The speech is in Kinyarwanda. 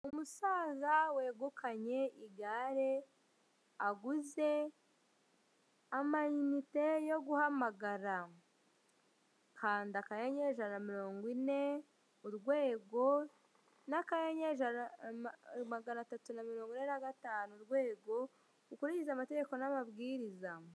Umusaza wegukanye igare, aguze amayinite yo guhamagara. Kanda akanyenyeri ijana na mirongo ine urwego, n'akanyenyeri magana atatu na mirongo itanu urwego, ukurikize amategeko n'amabwiriza.